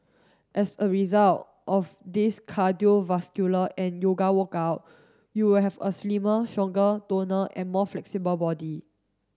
as a result of this cardiovascular and yoga workout you will have a slimmer stronger toner and more flexible body